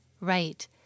right